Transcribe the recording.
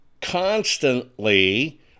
constantly